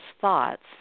thoughts